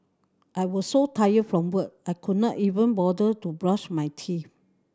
I was so tired from work I could not even bother to brush my teeth